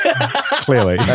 Clearly